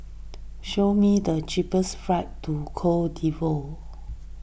show me the cheapest flights to Cote D'Ivoire